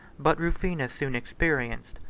but rufinus soon experienced,